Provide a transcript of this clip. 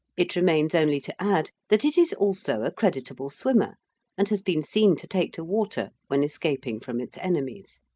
it remains only to add that it is also a creditable swimmer and has been seen to take to water when escaping from its enemies.